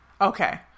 Okay